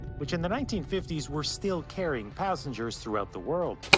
which in the nineteen fifty s were still carrying passengers throughout the world.